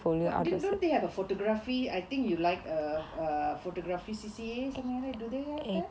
don't they have a photography I think you like err err photography C_C_A something like that do they have that